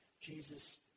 jesus